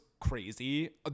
crazy